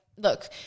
look